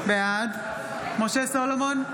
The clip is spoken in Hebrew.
בעד משה סולומון,